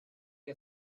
you